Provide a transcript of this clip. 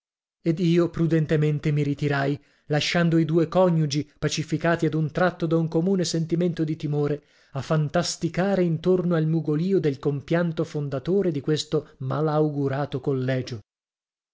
ed io prudentemente mi ritirai lasciando i due coniugi pacificati ad un tratto da un comune sentimento di timore a fantasticare intorno al mugolìo del compianto fondatore di questo malaugurato collegio